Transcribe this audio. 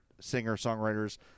singer-songwriters